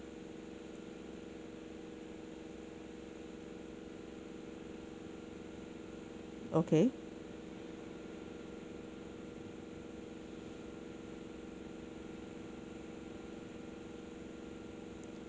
okay